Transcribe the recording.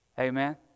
Amen